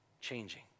changing